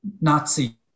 Nazi